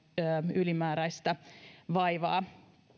ylimääräistä vaivaa